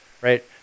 right